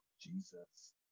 Jesus